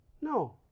No